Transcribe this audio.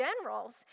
generals